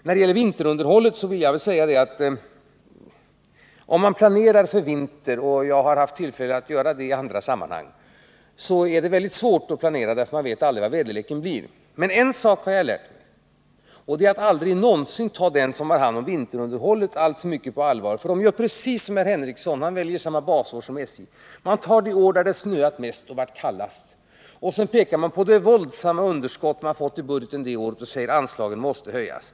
När det gäller vinterunderhållet vill jag säga att det är väldigt svårt att planera för vintern — jag har haft tillfälle att göra det i andra sammanhang — därför att man aldrig vet hur väderleken blir. Men en sak har jag lärt mig, nämligen att aldrig någonsin ta dem som har hand om vinterunderhållet alltför mycket på allvar. De gör nämligen precis som Sven Henricsson, som väljer samma basår som SJ, och väljer det år då det snöat som mest och varit som kallast. Sedan pekar man på det våldsamma underskott man fått i budgeten det året och säger att anslagen måste höjas.